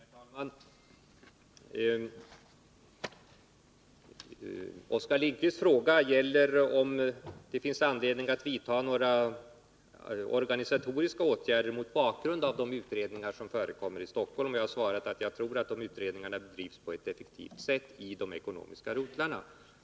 Herr talman! Oskar Lindkvists fråga gäller om det finns anledning att vidta några organisatoriska åtgärder mot bakgrund av de utredningar som förekommer i Stockholm. Jag har svarat att jag tror att de utredningarna bedrivs på ett effektivt sätt i de ekonomiska rotlarna.